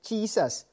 Jesus